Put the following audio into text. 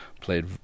played